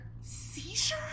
Seizure